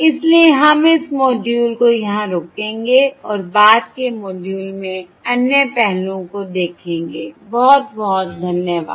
इसलिए हम इस मॉड्यूल को यहाँ रोकेंगे और बाद के मॉड्यूल में अन्य पहलुओं को देखेंगे बहुत बहुत धन्यवाद